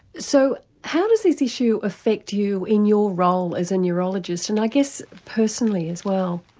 so how does this issue affect you in your role as a neurologist and i guess personally as well.